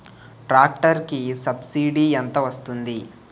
Tractor కి subsidy ఎంత వస్తుంది?